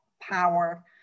power